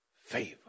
favor